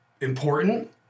important